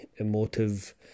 emotive